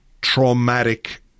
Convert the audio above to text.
traumatic